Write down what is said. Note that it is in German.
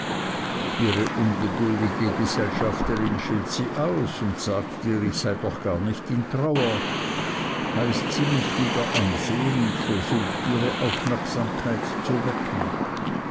ihre ungeduldige gesellschafterin schilt sie aus und sagt ihr ich sei doch gar nicht in trauer heißt sie mich wieder ansehen und versucht ihre aufmerksamkeit zu wecken